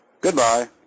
Goodbye